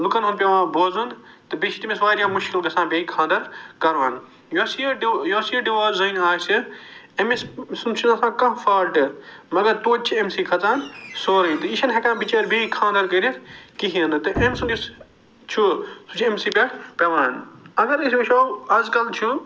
لُکن ہُنٛد پٮ۪وان بوزُن تہٕ بیٚیہِ چھِ تٔمِس وارِیاہ مُشکِل گَژھان بیٚیہِ خانٛدر کرون یۄس یہِ ڈِو یۄس یہِ ڈِوٲرس زٔنۍ آسہِ أمِس سُنٛد چھُنہٕ آسان کانٛہہ فالٹ مگر تویتہِ چھِ أمۍ سٕے کھسان سورٕے تہٕ یہِ چھَنہٕ ہٮ۪کان بِچٲر بیٚیہِ خانٛدر کٔرِتھ کِہیٖنۍ نہٕ تہٕ أمۍ سُنٛد یُس چھُ سُہ چھُ أمۍ سٕے پٮ۪ٹھ پٮ۪وان اگر أسۍ وٕچھو آز کل چھُ